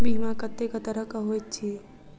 बीमा कत्तेक तरह कऽ होइत छी?